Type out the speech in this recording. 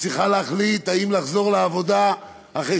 וצריכה להחליט אם לחזור לעבודה אחרי